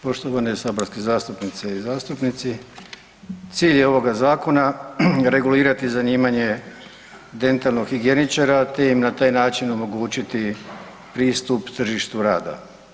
Poštovane saborske zastupnice i zastupnici, cilj je ovoga zakona regulirati zanimanje dentalnog higijeničara te im na taj način omogućiti pristup tržištu rada.